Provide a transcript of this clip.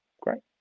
great